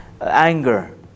anger